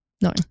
No